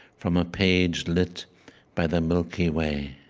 from a page lit by the milky way.